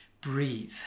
breathe